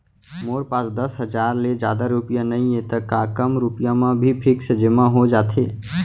मोर पास दस हजार ले जादा रुपिया नइहे त का कम रुपिया म भी फिक्स जेमा हो जाथे?